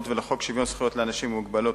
ולחוק שוויון זכויות לאנשים עם מוגבלות,